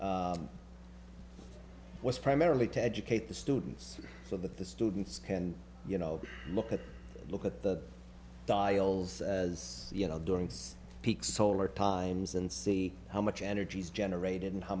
it was primarily to educate the students so that the students you know look at look at the dials you know during peak solar times and see how much energy is generated and how